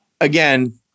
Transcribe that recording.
again